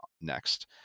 next